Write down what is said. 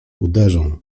uderzą